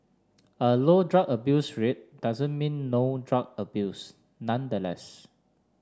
a low drug abuse rate doesn't mean no drug abuse nonetheless